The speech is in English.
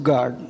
God